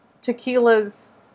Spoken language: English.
tequila's